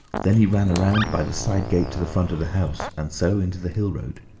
then he ran round by the side gate to the front of the house, and so into the hill-road.